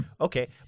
okay